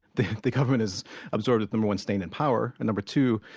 the the government is absorbed in number one, staying in power, and number two,